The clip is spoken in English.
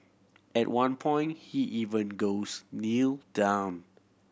at one point he even goes Kneel down